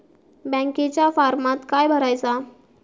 बँकेच्या फारमात काय भरायचा?